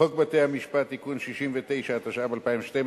חוק בתי-המשפט (תיקון מס' 69), התשע"ב 2012,